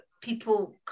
people